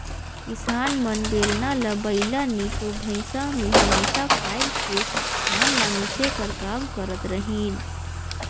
किसान मन बेलना ल बइला नी तो भइसा मे हमेसा फाएद के धान ल मिसे कर काम करत रहिन